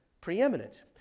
preeminent